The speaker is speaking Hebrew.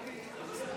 אתי, יש הצבעה שמית.